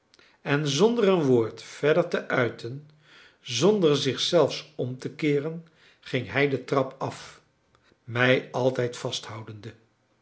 en zonder een woord verder te uiten zonder zich zelfs om te keeren ging hij de trap af mij altijd vasthoudende